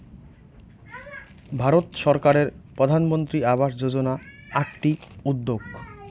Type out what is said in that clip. ভারত সরকারের প্রধানমন্ত্রী আবাস যোজনা আকটি উদ্যেগ